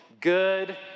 good